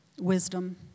wisdom